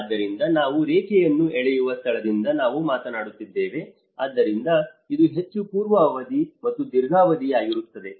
ಆದ್ದರಿಂದ ನಾವು ರೇಖೆಯನ್ನು ಎಳೆಯುವ ಸ್ಥಳದಿಂದ ನಾವು ಮಾತನಾಡುತ್ತಿದ್ದೇವೆ ಆದ್ದರಿಂದ ಇದು ಹೆಚ್ಚು ಪೂರ್ವ ಅವಧಿ ಮತ್ತು ದೀರ್ಘಾವಧಿಯಾಗಿರುತ್ತದೆ